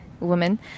woman